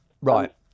Right